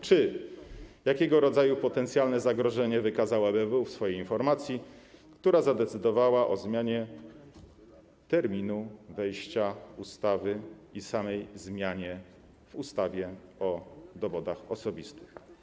Czy i jakiego rodzaju potencjalne zagrożenie wykazało ABW w swojej informacji, która zadecydowała o zmianie terminu wejścia w życie ustawy i o samej zmianie w ustawie o dowodach osobistych?